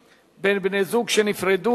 רבותי,